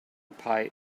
pie